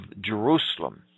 Jerusalem